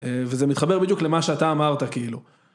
וזה מתחבר בדיוק למה שאתה אמרת כאילו.